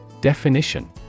Definition